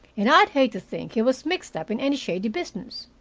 and i'd hate to think he was mixed up in any shady business.